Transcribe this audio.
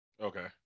Okay